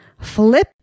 Flip